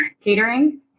catering